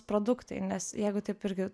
produktai nes jeigu taip irgi